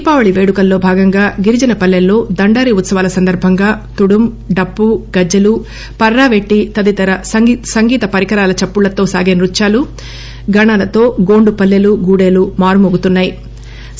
దీపావళి పేడుకలలో భాగంగా గిరిజన పల్లెల్లో దండారి ఉత్పవాల సందర్బంగా తుడుం డప్పు గజ్జెలు పర్రా పెట్లి తదితర సంగీత పరికరాల చప్పుళ్లతో సాగే నృత్యాలు గణాలతో గోండు పల్లెలు గూడేలు మారు మ్రోగుతున్నా యి